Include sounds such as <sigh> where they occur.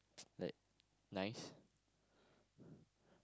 <noise> like nice <breath>